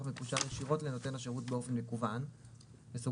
מקושר ישירות לנותן השירות באופן מקוון (online)